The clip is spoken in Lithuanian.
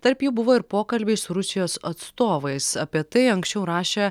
tarp jų buvo ir pokalbiai su rusijos atstovais apie tai anksčiau rašė